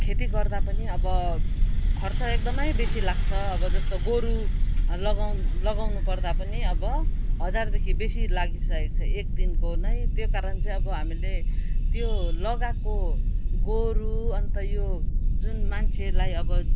खेती गर्दा पनि अब खर्च एकदमै बेसी लाग्छ अब जस्तो गोरु लगाउ लगाउनु पर्दा पनि अब हजारदेखि बेसी लागिसकेको छ एकदिनको नै त्यो कारण चाहिँ अब हामीले त्यो लगाएको गोरु अन्त यो जुन मान्छेलाई अब